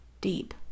deep